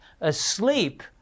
asleep